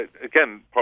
Again